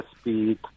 speed